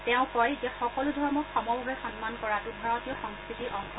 তেওঁ কয় যে সকলো ধৰ্মক সমভাৱে সন্মান কৰাটো ভাৰতীয় সংস্কৃতিৰ অংশ